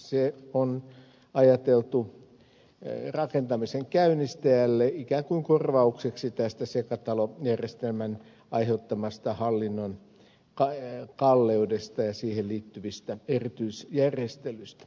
se on ajateltu rakentamisen käynnistäjälle ikään kuin korvaukseksi tästä sekatalojärjestelmän aiheuttamasta hallinnon kalleudesta ja siihen liittyvistä erityisjärjestelyistä